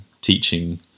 teaching